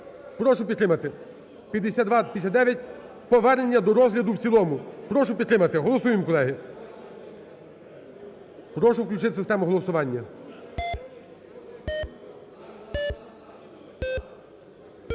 Прошу підтримати 5259 повернення до розгляду в цілому. Прошу підтримати. Голосуємо, колеги! Прошу включити систему голосування.